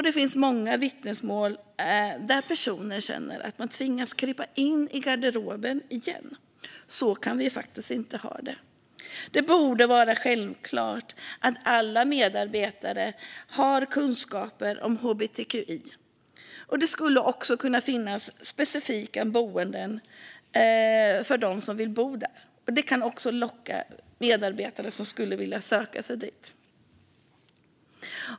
Det finns många vittnesmål från personer som känner att de tvingas krypa in i garderoben igen. Så kan vi faktiskt inte ha det. Det borde vara självklart att alla som arbetar med äldre har kunskap om hbtqi. Det skulle också kunna finnas specifika hbtqi-boenden för dem som vill bo så. Det kan också locka personal som skulle vilja arbeta där.